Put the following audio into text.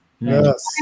yes